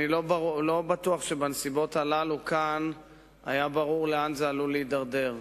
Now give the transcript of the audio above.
אני לא בטוח שבנסיבות הללו כאן היה ברור לאן זה עלול להידרדר.